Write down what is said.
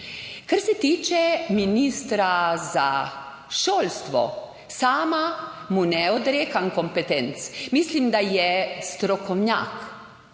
Kar se tiče ministra za šolstvo, sama mu ne odrekam kompetenc, mislim, da je strokovnjak,